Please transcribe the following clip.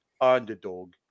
underdog